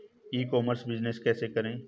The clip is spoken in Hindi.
ई कॉमर्स बिजनेस कैसे करें?